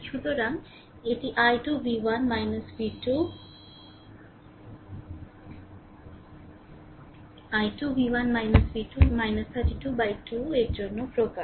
সুতরাং এটি i2 v 1 v 2 32 by 2 এর জন্য প্রকাশ